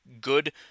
good